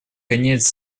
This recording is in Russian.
конец